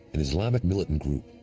an islamic militant group,